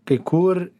kai kur